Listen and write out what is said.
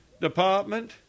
Department